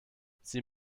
sie